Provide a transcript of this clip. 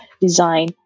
design